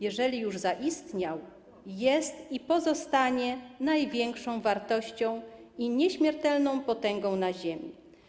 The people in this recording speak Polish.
Jeżeli już zaistniał, jest i pozostanie największą wartością i nieśmiertelną potęgą na ziemi.